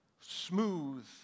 smooth